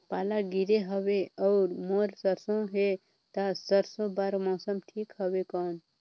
पाला गिरे हवय अउर मोर सरसो हे ता सरसो बार मौसम ठीक हवे कौन?